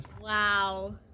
Wow